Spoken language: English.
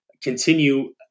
continue